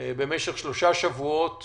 אם במשך שלושה שבועות